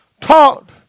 Taught